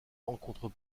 rencontre